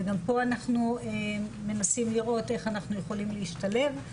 וגם פה אנחנו מנסים לראות איך אנחנו יכולים להשתלב.